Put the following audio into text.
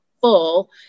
full